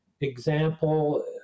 example